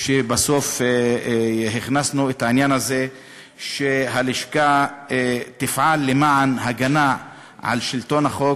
שבסוף הכנסנו את העניין הזה שהלשכה תפעל למען הגנה על שלטון החוק,